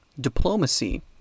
diplomacy